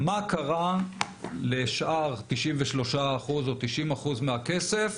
מה קרה לשאר 93% או 90% מהכסף.